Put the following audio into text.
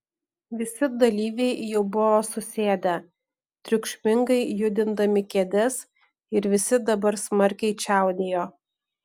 visi dalyviai jau buvo susėdę triukšmingai judindami kėdes ir visi dabar smarkiai čiaudėjo